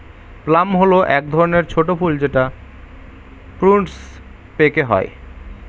plum হল এক ধরনের ছোট ফল যেটা প্রুনস পেকে হয়